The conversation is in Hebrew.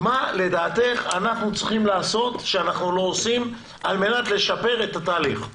מה לדעתך אנחנו צריכים לעשות שאנחנו לא עושים על מנת לשפר את התהליך.